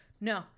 no